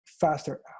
faster